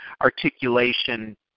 articulation